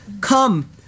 Come